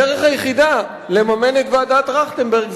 הדרך היחידה לממן את ועדת-טרכטנברג,